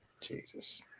Jesus